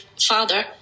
father